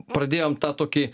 pradėjom tą tokį